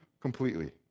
completely